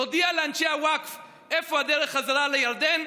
נודיע לאנשי הווקף איפה הדרך חזרה לירדן,